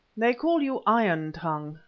they call you iron-tongue,